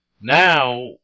Now